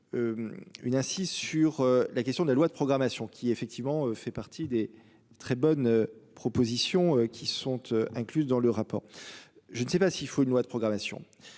Une assise sur la question de la loi de programmation qui effectivement fait partie des très bonnes propositions qui sont incluses dans le rapport. Je ne sais pas s'il faut une loi de programmation.